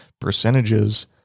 percentages